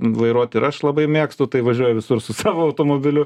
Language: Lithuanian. vairuot ir aš labai mėgstu tai važiuoju visur su savo automobiliu